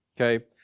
Okay